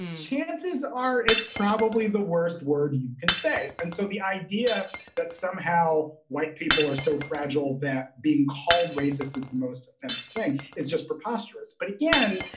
chances are it's probably the worst word you can say. and so the idea that somehow white people are so fragile that being called racist is the most offensive thing is just preposterous. but again,